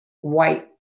white